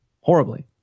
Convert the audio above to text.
horribly